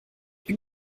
bin